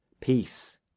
Peace